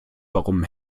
warum